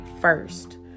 first